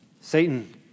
Satan